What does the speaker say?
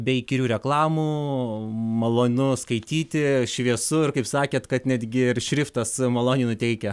be įkyrių reklamų malonu skaityti šviesu ir kaip sakėt kad netgi ir šriftas maloniai nuteikia